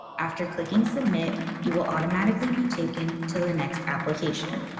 after clicking submit you will automatically be taken to the next application.